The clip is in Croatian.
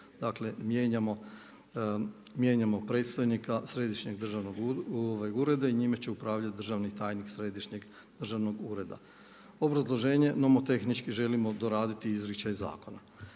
Dakle, mijenjamo predstojnika Središnjeg državnog ureda i njime će upravljati državni tajnik Središnjeg državnog ureda. Obrazloženje. Nomotehnički želimo doraditi izričaj zakona.